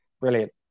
brilliant